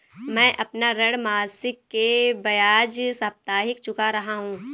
मैं अपना ऋण मासिक के बजाय साप्ताहिक चुका रहा हूँ